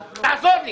רועי, תעזור לי.